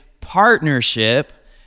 partnership